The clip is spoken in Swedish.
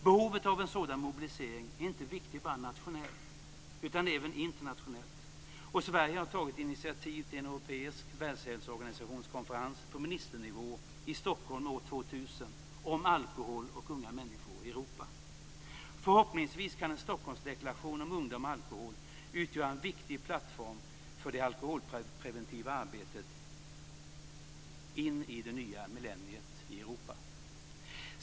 Behovet av en sådan mobilisering är inte bara stort nationellt utan även internationellt. Sverige har tagit initiativ till en europeisk världshälsoorganisationskonferens på ministernivå i Stockholm år 2000 om alkohol och unga människor i Europa. Förhoppningsvis kan en Stockholmsdeklaration om ungdom och alkohol utgöra en viktig plattform för det alkoholpreventiva arbetet in i det nya millenniet i Europa.